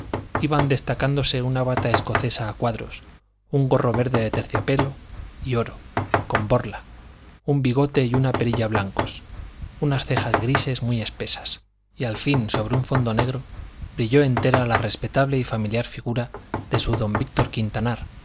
iban destacándose una bata escocesa a cuadros un gorro verde de terciopelo y oro con borla un bigote y una perilla blancos unas cejas grises muy espesas y al fin sobre un fondo negro brilló entera la respetable y familiar figura de su don víctor quintanar